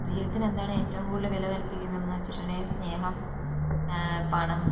ജീവിതത്തിന് എന്താണ് ഏറ്റവും കൂടുതൽ വില കൽപിക്കുന്നത് എന്ന് വെച്ചിട്ടുണ്ടെങ്കിൽ സ്നേഹം പണം